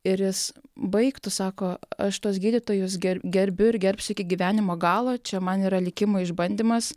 ir jis baik tu sako aš tuos gydytojus ger gerbiu ir gerbsiu iki gyvenimo galo čia man yra likimo išbandymas